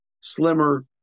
slimmer